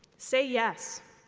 say yes.